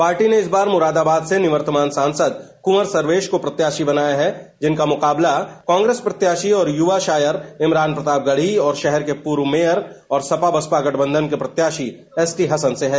party ने इस बार मुरादाबाद से निवर्तमान सांसद कुंवर सर्वेश को प्रत्याशी बनाया है जिनका मुकाबला कांग्रेस प्रत्याशी और युवा शायर इमरान प्रतापगढ़ी और श्रहर के पूर्व मेयर और सपा बसपा गठबंधन के प्रत्याशी एसटी हसन से है